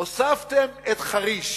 עוד הוספתם את חריש.